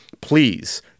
please